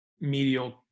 medial